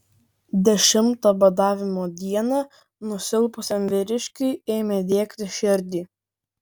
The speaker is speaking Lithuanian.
dešimtą badavimo dieną nusilpusiam vyriškiui ėmė diegti širdį